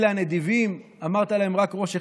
אלה הנדיבים, אמרת להם רק ראש אחד?